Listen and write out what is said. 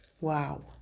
Wow